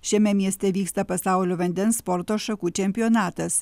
šiame mieste vyksta pasaulio vandens sporto šakų čempionatas